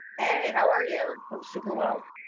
hey, how are you? i'm super well.